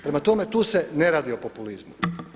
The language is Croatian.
Prema tome, tu se ne radi o populizmu.